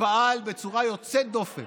ופעל בצורה יוצאת דופן